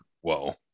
whoa